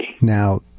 Now